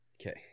Okay